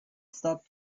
stop